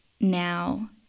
now